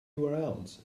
urls